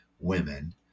women